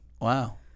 Wow